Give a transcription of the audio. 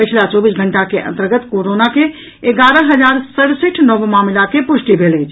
पछिला चौबीस घंटा के अंतर्गत कोरोना के एगारह हजार सड़सठि नव मामिला के पुष्टि भेल अछि